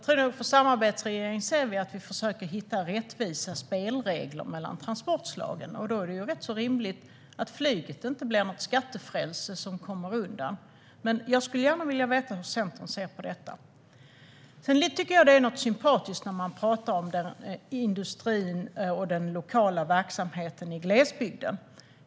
Från samarbetsregeringen försöker vi hitta rättvisa spelregler mellan transportslagen, och då är det rätt rimligt att flyget inte blir något skattefrälse, som kommer undan. Men jag skulle gärna vilja veta hur Centern ser på detta. Sedan tycker jag att det är sympatiskt när man talar om industrin och den lokala verksamheten i glesbygden.